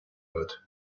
wird